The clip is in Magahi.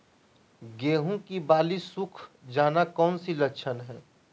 गेंहू की बाली सुख जाना कौन सी लक्षण है?